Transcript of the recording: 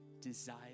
desire